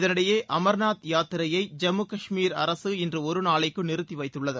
இதனிடையே அமர்நாத் யாத்திரையை ஜம்மு காஷ்மீர் அரசு இன்று ஒரு நாளைக்கு நிறுத்தி வைத்துள்ளது